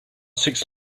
six